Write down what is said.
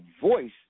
voice